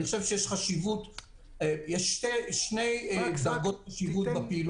אני חושב שיש שתי דרגות חשיבות בפעילות